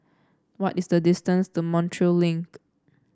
what is the distance to Montreal Link